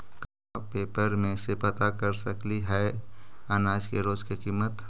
का पेपर में से पता कर सकती है अनाज के रोज के किमत?